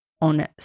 on